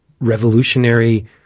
revolutionary